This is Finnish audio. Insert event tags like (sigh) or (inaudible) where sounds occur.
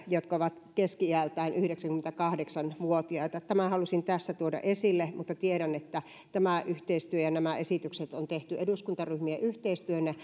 jotka ovat keski iältään yhdeksänkymmentäkahdeksan vuotiaita tämän halusin tässä tuoda esille tiedän että tämä yhteistyö ja nämä esitykset on tehty eduskuntaryhmien yhteistyönä (unintelligible)